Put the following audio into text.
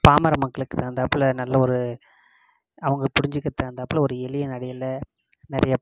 பாமர மக்களுக்கு தகுந்தாப்பில நல்ல ஒரு அவங்க புரிஞ்சுக்கிறத்து தகுந்தாப்பில ஒரு எளிய நடையில் நிறைய